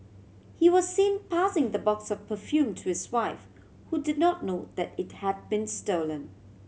he was seen passing the box of perfume to his wife who did not know that it had been stolen